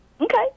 Okay